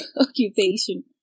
occupation